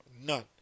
none